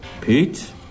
Pete